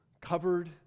covered